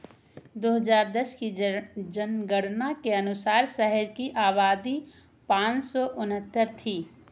दो हज़ार दस की जर जनगणना के अनुसार शहर की आबादी पाँच सौ उनहत्तर थी